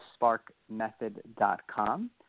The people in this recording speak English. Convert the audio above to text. sparkmethod.com